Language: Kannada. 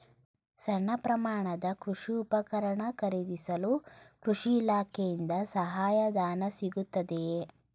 ಸಣ್ಣ ಪ್ರಮಾಣದ ಕೃಷಿ ಉಪಕರಣ ಖರೀದಿಸಲು ಕೃಷಿ ಇಲಾಖೆಯಿಂದ ಸಹಾಯಧನ ಸಿಗುತ್ತದೆಯೇ?